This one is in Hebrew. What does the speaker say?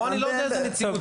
פה אני לא יודע איזו נציגות.